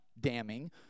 damning